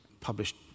published